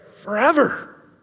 Forever